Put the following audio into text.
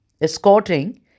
escorting